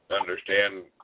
understand